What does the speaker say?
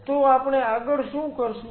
તો આપણે આગળ શું કરશું